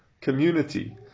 community